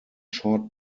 short